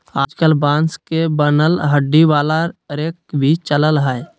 आजकल बांस से बनल डंडी वाला रेक भी चलल हय